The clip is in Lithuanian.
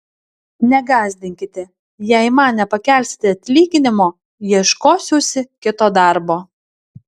negąsdinkite jei man nepakelsite atlyginimo ieškosiuosi kito darbo